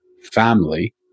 family